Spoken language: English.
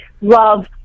love